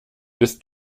bist